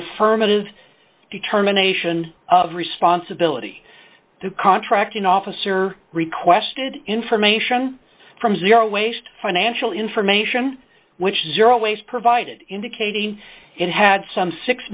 affirmative determination of responsibility to contracting officer requested information from zero waste financial information which zero always provided indicating it had some six